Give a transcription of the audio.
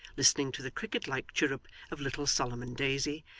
listening to the cricket-like chirrup of little solomon daisy,